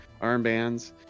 armbands